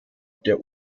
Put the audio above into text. der